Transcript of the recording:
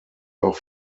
auch